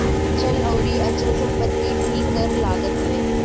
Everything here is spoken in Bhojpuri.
चल अउरी अचल संपत्ति पे भी कर लागत हवे